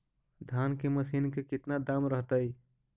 धान की मशीन के कितना दाम रहतय?